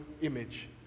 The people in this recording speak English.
image